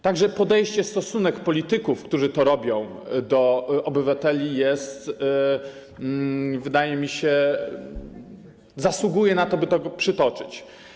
Także podejście, stosunek polityków, którzy to robią, do obywateli, wydaje mi się, zasługuje na to, by go przytoczyć.